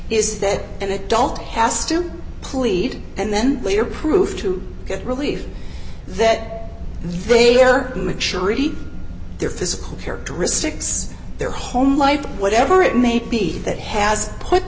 is that an adult has to plead and then later prove to get relief that they are maturity their physical characteristics their home life whatever it may be that has put